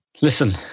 Listen